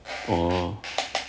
orh